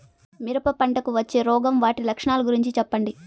మిరప పంటకు వచ్చే రోగం వాటి లక్షణాలు గురించి చెప్పండి?